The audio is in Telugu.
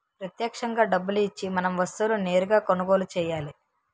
ప్రత్యక్షంగా డబ్బులు ఇచ్చి మనం వస్తువులను నేరుగా కొనుగోలు చేయాలి